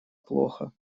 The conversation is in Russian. плохо